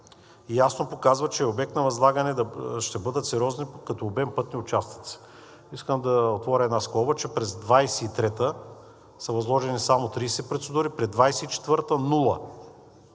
ясно показват че обект на възлагане ще бъдат сериозни като обем пътни участъци. Искам да отворя една скоба, че през 2023 г. са възложени само 30 процедури, през 2024 г. – нула.